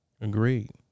Agreed